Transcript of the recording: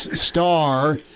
star